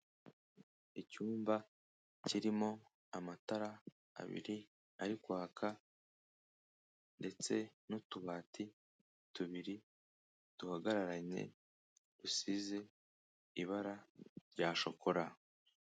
Icyumba kirimo amatara abiri ari kwaka, ndetse n'utubati tubiri duhagararanye, dusize ibara rya shokora.